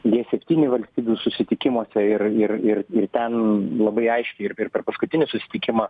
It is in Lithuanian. gie septyni valstybių susitikimuose ir ir ir ir ten labai aiškiai ir ir per paskutinį susitikimą